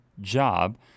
job